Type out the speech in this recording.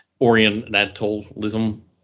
orientalism